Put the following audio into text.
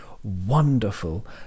Wonderful